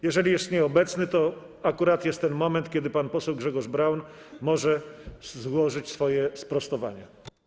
Jeżeli jest nieobecny, to akurat jest ten moment, w którym pan poseł Grzegorz Braun może złożyć swoje sprostowanie.